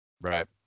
right